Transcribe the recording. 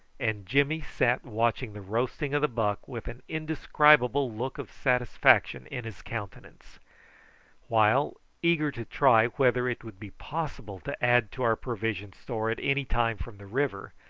and jimmy sat watching the roasting of the buck with an indescribable look of satisfaction in his countenance while, eager to try whether it would be possible to add to our provision store at any time from the river,